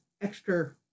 extra